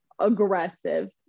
aggressive